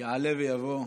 יעלה ויבוא.